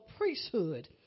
priesthood